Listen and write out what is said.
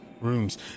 rooms